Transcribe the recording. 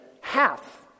Half